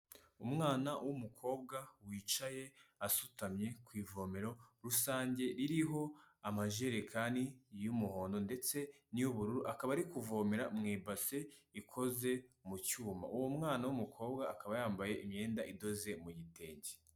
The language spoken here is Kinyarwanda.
Umwana w'umukobwa wicaye asutamye ku ivomero rusange, ririho amajerekani y'umuhondo ndetse niy'ubururu, akaba ari kuvomera mu ibase ikoze mu cyuma. Uwo mwana w'umukobwa akaba yambaye imyenda idoze mu gitenge.